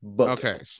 Okay